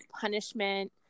punishment